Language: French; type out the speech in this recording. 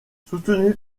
soutenu